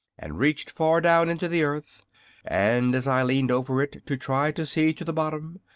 and reached far down into the earth and, as i leaned over it to try to see to the bottom,